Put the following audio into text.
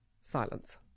Silence